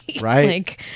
Right